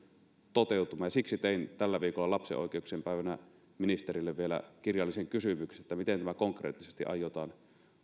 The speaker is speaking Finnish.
toteutumaan siksi tein tällä viikolla lapsen oikeuksien päivänä ministerille vielä kirjallisen kysymyksen siitä miten tämä konkreettisesti aiotaan